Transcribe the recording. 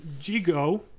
Jigo